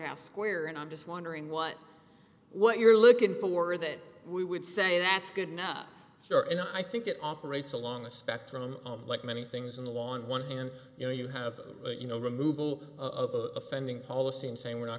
courthouse square and i'm just wondering what what you're looking for that we would say that's good enough here and i think it operates along the spectrum like many things in the law on one thing and you know you have you know removal of a offending policy and saying we're not